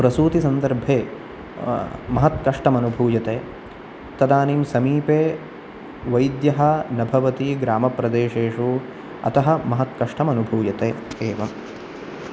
प्रसूतिसन्दर्भे महत् कष्टम् अनुभूयते तदानीं समीपे वैद्यः न भवति ग्रामप्रदेशेषु अतः महत् कष्टम् अनुभूयते एव